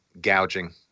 gouging